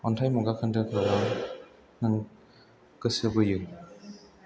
अन्थाइ मुगा खोन्दोखौ आं गोसो बोयो